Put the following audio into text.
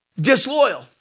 disloyal